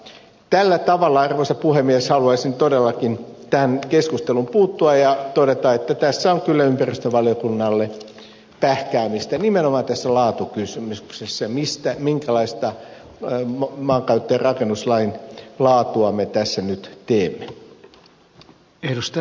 tällä tavalla arvoisa puhemies haluaisin todellakin tähän keskusteluun puuttua ja todeta että tässä on kyllä ympäristövaliokunnalle pähkäämistä nimenomaan tässä laatukysymyksessä minkälaista maankäyttö ja rakennuslain laatua me tässä nyt teemme